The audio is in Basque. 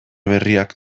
berriak